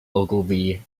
ogilvy